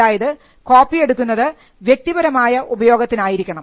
അതായത് കോപ്പിയെടുക്കുന്നത് വ്യക്തിപരമായ ഉപയോഗത്തിനായിരിക്കണം